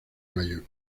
mayo